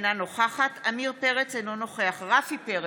אינה נוכחת עמיר פרץ, אינו נוכח רפי פרץ,